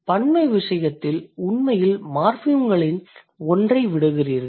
பன்மை விசயத்தில் உண்மையில் மார்ஃபிம்களில் ஒன்றை விடுகிறீர்கள்